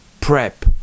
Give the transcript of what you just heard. PrEP